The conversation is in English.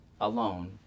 alone